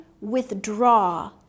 withdraw